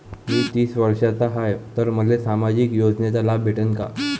मी तीस वर्षाचा हाय तर मले सामाजिक योजनेचा लाभ भेटन का?